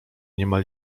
niemal